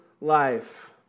life